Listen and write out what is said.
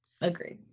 Agreed